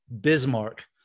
Bismarck